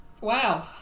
Wow